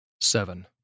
Seven